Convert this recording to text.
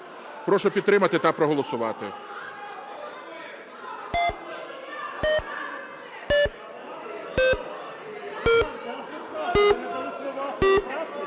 Прошу підтримати та проголосувати.